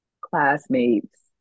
classmates